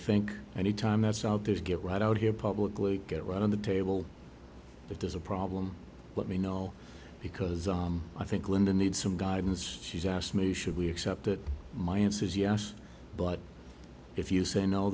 think any time that's out there get right out here publicly get it right on the table if there's a problem let me know because i think linda need some guidance she's asked me should we accept that my answer is yes but if you say no